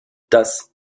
das